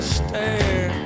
stare